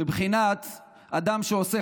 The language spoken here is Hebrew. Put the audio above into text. בבחינת אדם שעושה,